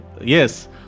Yes